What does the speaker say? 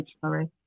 Sorry